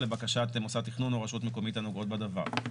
לבקשת מוסד תכנון או רשות מקומית הנוגעות בדבר.